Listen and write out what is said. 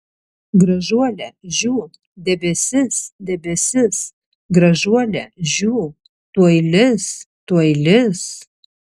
gražuole žiū debesis debesis gražuole žiū tuoj lis tuoj lis